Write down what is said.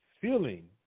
Feeling